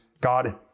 God